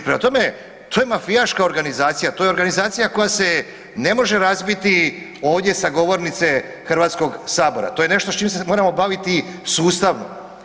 Prema tome, to je mafijaška organizacija, to je organizacija koja se ne može razbiti ovdje sa govornice HS-a, to je nešto s čime se moramo baviti sustavno.